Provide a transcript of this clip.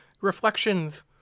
reflections